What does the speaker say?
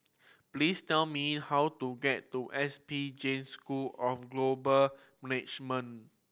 please tell me how to get to S P Jain School of Global Management